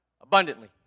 Abundantly